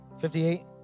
58